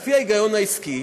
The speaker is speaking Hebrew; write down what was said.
על פי ההיגיון העסקי,